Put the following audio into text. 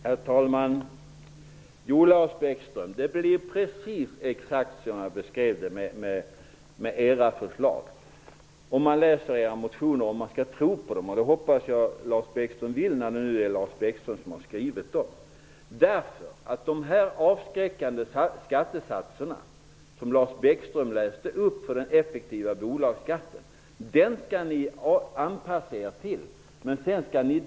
Herr talman! Jo, Lars Bäckström, det blir exakt som jag beskrev det med era förslag, om man skall tro era motioner. Det hoppas jag att Lars Bäckström vill, eftersom det är han som har skrivit dem. Ni skall anpassa er till de avskräckande skattesatser för den effektiva bolagsskatten som Lars Bäckström läste upp.